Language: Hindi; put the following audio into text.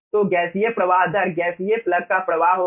तो गैसीय प्रवाह दर गैसीय प्लग का प्रवाह होगा